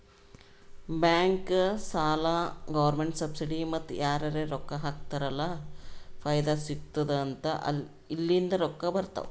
bank, ಸಾಲ, government subsidy ಮತ್ತ ಯಾರರೇ ರೊಕ್ಕಾ ಹಾಕ್ತಾರ್ ಅಲ್ಲ ಫೈದಾ ಸಿಗತ್ತುದ್ ಅಂತ ಇಲ್ಲಿಂದ್ ರೊಕ್ಕಾ ಬರ್ತಾವ್